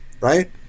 Right